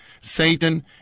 Satan